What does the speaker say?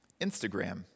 Instagram